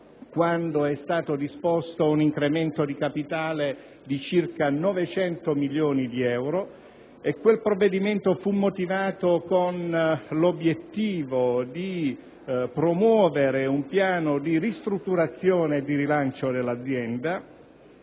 quando fu disposto un incremento di capitale di circa 900 milioni di euro con un provvedimento motivato dall'obiettivo di promuovere un piano di ristrutturazione e di rilancio dell'azienda.